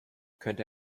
könnte